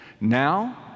Now